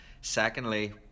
secondly